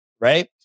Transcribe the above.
right